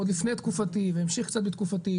עוד לפני תקופתי וזה המשיך קצת בתקופתי,